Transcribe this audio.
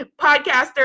podcaster